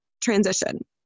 transition